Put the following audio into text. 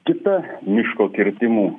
kita miško kirtimų